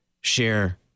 share